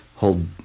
hold